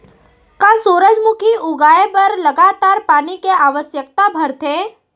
का सूरजमुखी उगाए बर लगातार पानी के आवश्यकता भरथे?